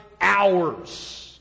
hours